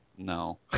No